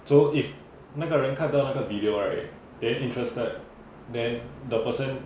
so if 那个人看到那个 video right then interested then the person